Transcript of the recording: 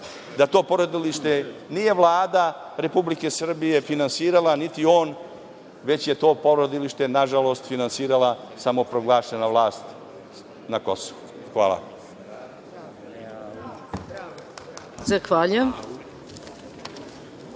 da to porodilište nije Vlada Republike Srbije finansirala, niti on, već je to porodilište, nažalost, finansirala samoproglašena vlast na Kosovu. Hvala.